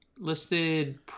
listed